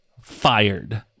fired